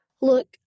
Look